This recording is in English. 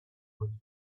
was